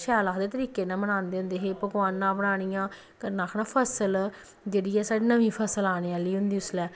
शैल आखदे तरीके नै मनांदे होंदे हे पकवानां बनानियां कन्ने आखना फसल जेह्ड़ी ऐ साढ़ी नमीं फसल औने आह्ली होंदी उसलै